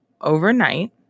overnight